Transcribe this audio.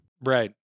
Right